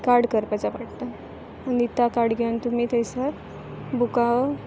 card करपाचां पडटा आनी त्यां कार्ड घेवन तुमी थंयसर बुकां